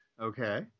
Okay